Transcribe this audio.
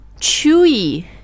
chewy